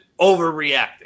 overreacting